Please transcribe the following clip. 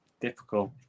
Difficult